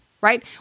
right